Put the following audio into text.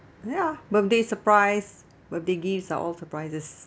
ya birthday surprise birthday gifts are all surprises